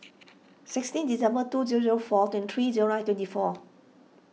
sixteen December two zero zero four twenty three zero nine twenty four